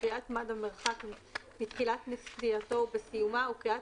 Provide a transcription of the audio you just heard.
קריאת מד המרחק בתחילת נסיעתו ובסיומה וקריאת